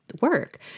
work